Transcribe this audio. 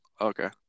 Okay